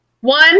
One